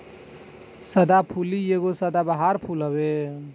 सदाफुली एगो सदाबहार फूल हवे